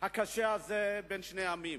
הקשה הזה בין שני העמים.